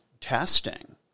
testing